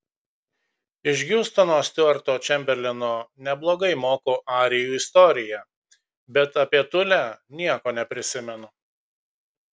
iš hiustono stiuarto čemberleno neblogai moku arijų istoriją bet apie tulę nieko neprisimenu